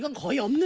call your